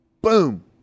Boom